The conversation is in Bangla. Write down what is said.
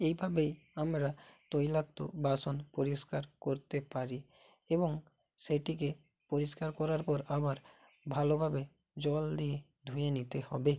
এইভাবেই আমরা তৈলাক্ত বাসন পরিষ্কার করতে পারি এবং সেটিকে পরিষ্কার করার পর আবার ভালোভাবে জল দিয়ে ধুয়ে নিতে হবে